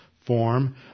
form